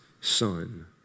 Son